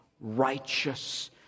righteous